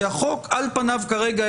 כי החוק על פניו כרגע,